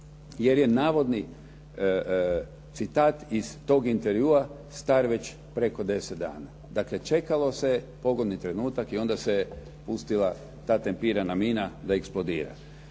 jer je navodni citat iz tog intervjua star već preko 10 dana. Dakle, čekalo se pogodni trenutak i onda se pustila ta tempirana mina da eksplodira.